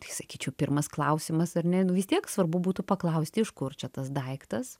tai sakyčiau pirmas klausimas ar ne nu vis tiek svarbu būtų paklausti iš kur čia tas daiktas